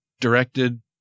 directed